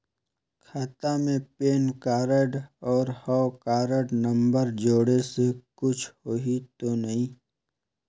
खाता मे PAN card और हव कारड नंबर जोड़े से कुछ होही तो नइ?